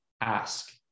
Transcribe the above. ask